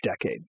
decade